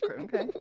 Okay